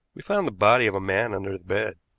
we found the body of a man under the bed.